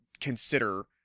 consider